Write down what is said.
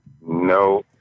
No